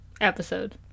episode